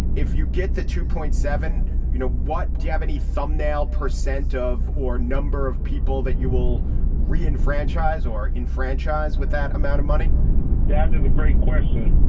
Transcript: if you get the two point seven you know what do you have any thumbnail percent of. or number of people that you will in franchise or in franchise with that amount of money that is a great question.